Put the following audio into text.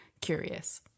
curious